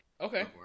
Okay